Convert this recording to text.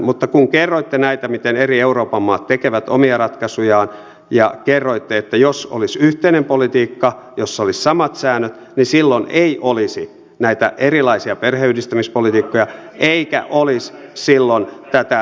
mutta kun kerroitte näitä miten eri euroopan maat tekevät omia ratkaisujaan ja kerroitte että jos olisi yhteinen politiikka jos olisi samat säännöt niin silloin ei olisi näitä erilaisia perheenyhdistämispolitiikkoja eikä olisi silloin tätä vetovoimatekijää